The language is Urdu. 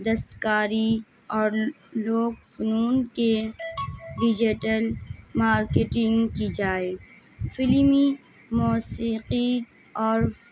دستکاری اور لوگ فنون کے ڈیجیٹل مارکیٹنگ کی جائے فلمی موسیقی اور